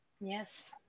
Yes